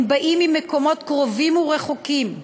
הם באים ממקומות קרובים ורחוקים,